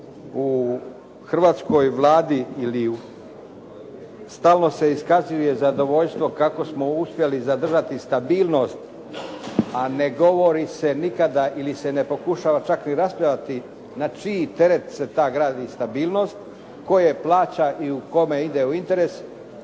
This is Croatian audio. u hrvatskoj Vladi ili, stalno se iskazuje zadovoljstvo kako smo uspjeli zadržati stabilnost a ne govori se nikada, ili se ne pokušava čak ni raspravljati na čiji teret se gradi stabilnost, kome plaća i kome ide u interes.